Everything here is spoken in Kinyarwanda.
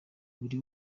buri